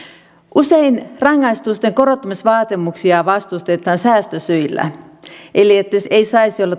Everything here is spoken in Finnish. usein rangaistusten korottamisvaatimuksia vastustetaan säästösyillä eli että ei saisi